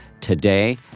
today